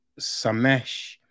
Samesh